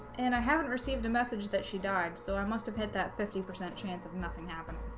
and i haven't received a message that she died so i must have hit that fifty percent chance of nothing happening